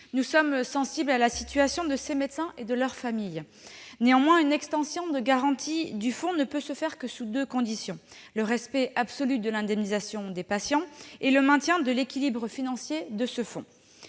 Nous sommes sensibles à la situation de ces médecins et de leurs familles. Néanmoins, une extension de la garantie du fonds ne peut se faire que sous deux conditions : le respect absolu de l'indemnisation des patients et le maintien de l'équilibre financier du fonds.